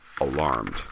alarmed